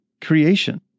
creation